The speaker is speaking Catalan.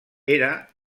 era